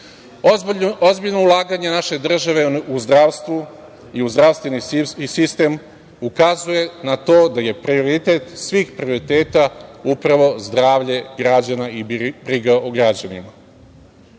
godine. Ozbiljna ulaganje naše države u zdravstvo i zdravstveni sistem ukazuje na to da je prioritet svih prioriteta upravo zdravlje građana i briga o građanima.